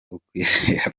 ukwizera